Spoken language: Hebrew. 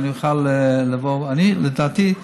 לדעתי,